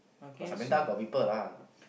but Samantha got people lah